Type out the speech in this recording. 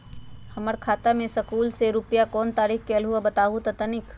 हमर खाता में सकलू से रूपया कोन तारीक के अलऊह बताहु त तनिक?